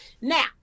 now